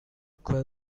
quell